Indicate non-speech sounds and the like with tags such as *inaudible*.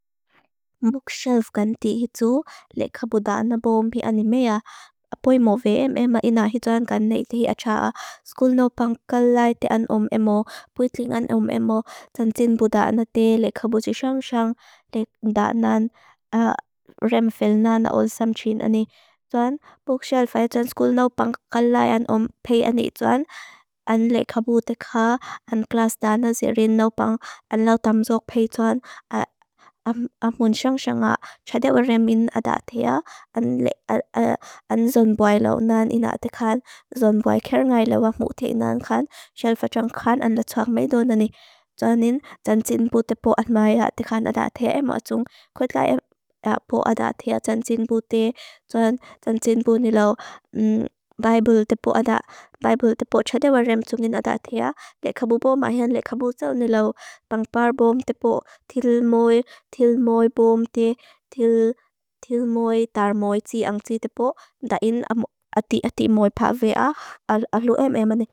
Mbukxelv gan ti hitu lekabudana bo ompi animea. Apoi mo veem ema ina hituan kan neiti achaa skul naupang kalai te an om emo, puitling an om emo, tansin budana te lekabudishom shong lekdanan *hesitation* remfilna na olisam chin ani. Tuan, mbukxelv ajatuan skul naupang kalai an ompe ani ituan, an lekabudeka, an klas dana zirin naupang an lau tamzok pe ituan, *hesitation* a mbunshong shong a txadewarem min adatea, *hesitation* an zonbwai lau nan ina atikan, zonbwai ker ngai lau ang muktek nan kan, sel fachong kan an latoak maido nani. Tuan nin, tansin buda po atmai atikan adatea emo atung, kuit gai epo adatea tansin budi, tuan tansin budi lau *hesitation* baibulda po txadewarem tungin adatea, lekabudbo mahen lekabudzo ni lau, pangpar bom tepo tilmoe, tilmoe bom te, tilmoe tarmoe ti ang ti tepo, da in ati atimoe pa vea aluem ema ne.